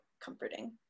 comforting